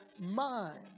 mind